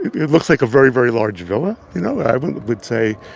it looks like a very, very large villa, you know, i would would say